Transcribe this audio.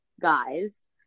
guys